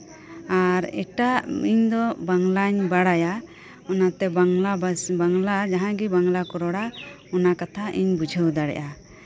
ᱟᱨ ᱮᱴᱟᱜ ᱤᱧ ᱫᱚ ᱵᱟᱝᱞᱟᱧ ᱵᱟᱲᱟᱭᱟ ᱚᱱᱛᱮ ᱵᱟᱝᱞᱟ ᱵᱷᱟᱥ ᱵᱟᱝᱞᱟ ᱡᱟᱦᱟᱸᱭ ᱜᱮ ᱵᱟᱝᱞᱟ ᱠᱚ ᱨᱚᱲᱟ ᱚᱱᱟ ᱠᱟᱛᱷᱟ ᱤᱧ ᱵᱩᱡᱷᱟᱹᱣ ᱫᱟᱲᱮᱣᱟᱜᱼᱟ